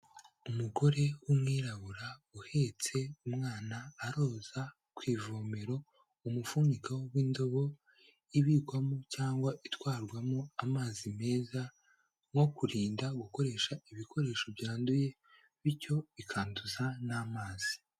Umugore w'umwirabura uhetse umwana aroza ku ivomero umufuniko w'indobo, ibikwamo cyangwa itwarwamo amazi meza, nko kurinda gukoresha ibikoresho byanduye, bityo ikanduza n'amazi.